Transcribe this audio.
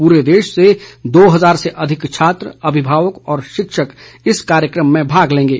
पूरे देश से दो हजार से अधिक छात्र अभिभावक और शिक्षक इस कार्यक्रम में भाग लेंगे